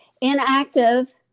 Inactive